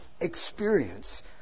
experience